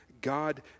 God